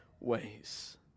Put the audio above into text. ways